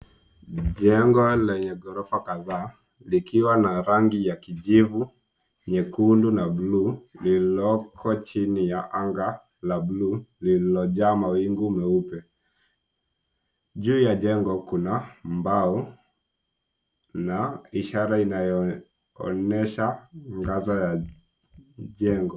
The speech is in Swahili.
Jengo lenye ghorofa kadhaa likiwa na rangi ya kijivu, nyekundu na blue lililoko chini ya anga la blue lililojaa mawingu meupe. Juu ya jengo kuna mbao na ishara inayoonyesha ngaza ya jengo.